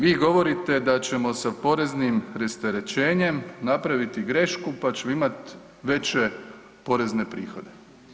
Vi govorite da ćemo sa poreznim rasterećenjem napraviti grešku pa ćemo imati veće porezne prihode.